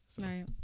Right